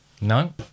No